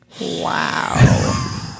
Wow